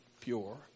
pure